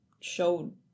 showed